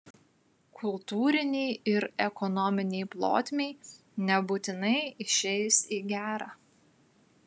kultūrinei ir ekonominei plotmei nebūtinai išeis į gerą